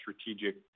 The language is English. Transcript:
strategic